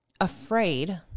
afraid